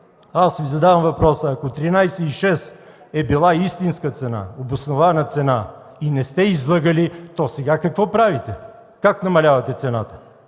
Аз си задавам въпроса: ако 13,6 е била истинска цена, обоснована цена и не сте излъгали, то сега какво правите? Как намалявате цената?